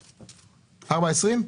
4.20?